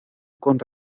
con